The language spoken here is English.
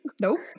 Nope